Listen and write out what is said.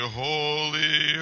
holy